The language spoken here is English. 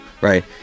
right